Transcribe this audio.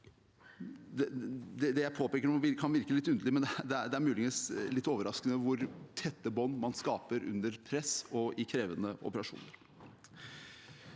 Det jeg påpeker nå, kan virke litt underlig, men det er muligens litt overraskende hvor tette bånd man skaper under press og i krevende operasjoner.